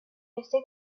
este